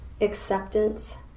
acceptance